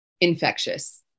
infectious